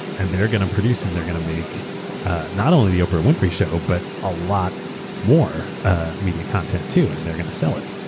and they're going to produce. and they're going to make not only the oprah winfrey show but a lot more ah media content, too, and they're going to sell it.